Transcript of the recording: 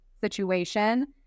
situation